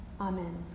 Amen